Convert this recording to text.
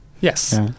Yes